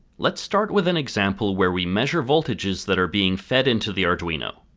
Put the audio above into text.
let's start with an example where we measure voltages that are being fed into the arduino.